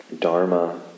dharma